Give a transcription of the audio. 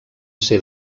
ser